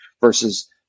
versus